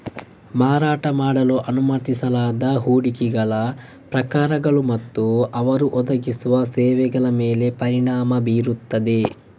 ಮಾರಾಟ ಮಾಡಲು ಅನುಮತಿಸಲಾದ ಹೂಡಿಕೆಗಳ ಪ್ರಕಾರಗಳು ಮತ್ತು ಅವರು ಒದಗಿಸುವ ಸೇವೆಗಳ ಮೇಲೆ ಪರಿಣಾಮ ಬೀರುತ್ತದೆ